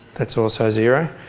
that's also zero.